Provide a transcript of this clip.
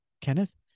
Kenneth